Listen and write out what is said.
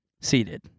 seated